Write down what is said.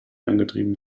angetrieben